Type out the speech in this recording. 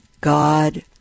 god